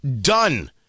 Done